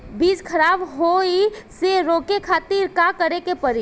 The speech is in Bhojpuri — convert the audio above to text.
बीज खराब होए से रोके खातिर का करे के पड़ी?